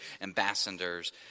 ambassadors